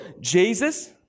Jesus